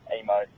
emo